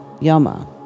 yama